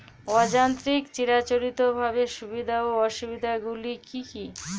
অযান্ত্রিক চিরাচরিতভাবে সুবিধা ও অসুবিধা গুলি কি কি?